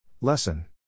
Lesson